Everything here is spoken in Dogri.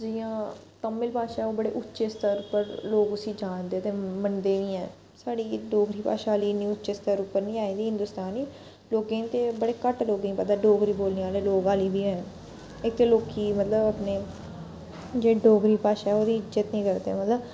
जियां तमिल भाशा ओह् बड़े उच्चे स्तर पर लोक उसी जानदे ते मनदे बी हैन साढी डोगरी भाशा अल्ली इन्ने उच्चे स्तर उप्पर नी आई दी हिंदेस्तान च लोकें ते बड़े घट्ट लोकें गी पता ऐ डोगरी बोलने आह्ले लोक अल्ली बी हैन इत्त लोकी मतलब अपनी जेह्ड़ी डोगरी भाशा ओह्दी इज्जत नी करदे मतलब